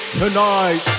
tonight